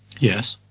yes.